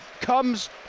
comes